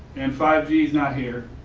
and five g is not here.